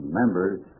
members